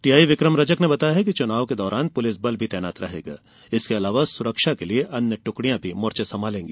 TI Vikram Rajak ने बताया कि चुनाव के दौरान पुलिस बल भी तैनात रहेगा इसके अलावा सुरक्षा के लिए अन्य टुकड़ियां भी मोर्चा संभालेंगी